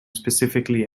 specifically